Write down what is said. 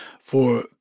for